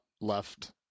left